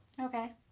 Okay